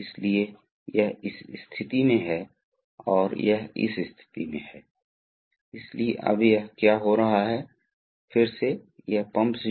इसलिए दूसरे शब्दों में पंप को एक प्रमुख प्रस्तावक की आवश्यकता होती है और एक दिए गए दबाव में द्रव बनाता है और वितरित करता है